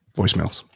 voicemails